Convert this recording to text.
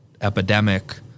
epidemic